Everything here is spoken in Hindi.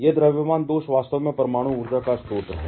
यह द्रव्यमान दोष वास्तव में परमाणु ऊर्जा का स्रोत है